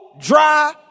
dry